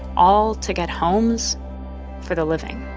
all to get homes for the living